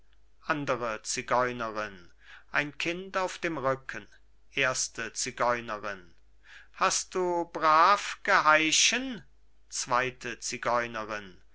andre zigeunerin ein kind auf dem rücken erste zigeunerin hast du brav geheischen zweite zigeunerin